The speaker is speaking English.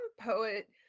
poet